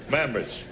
members